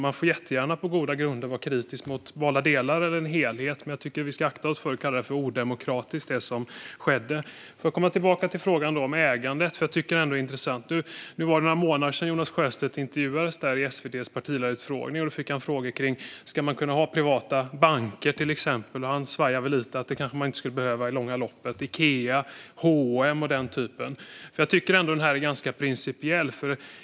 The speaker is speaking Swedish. Man får jättegärna på goda grunder vara kritisk mot valda delar eller en helhet, men jag tycker att vi ska akta oss för att kalla det som skedde för odemokratiskt. Jag vill komma tillbaka till frågan om ägande, för jag tycker ändå att det är intressant. Nu var det några månader sedan Jonas Sjöstedt intervjuades i SVT:s partiledarutfrågning, och då fick han frågor om man ska kunna ha till exempel privata banker, Ikea, H&M och den typen av företag. Han svajade väl lite och sa att det kanske man inte skulle behöva i det långa loppet. Jag tycker ändå att det här handlar om principer.